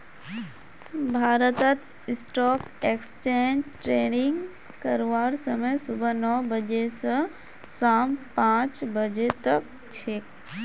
भारतत stock exchange trading करवार समय सुबह नौ बजे स शाम पांच बजे तक छेक